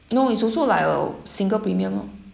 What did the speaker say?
no it's also like a single premium oh